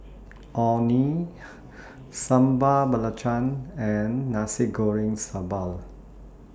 Orh Nee Sambal Belacan and Nasi Goreng Sambal